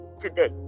today